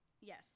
yes